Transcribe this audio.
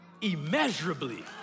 immeasurably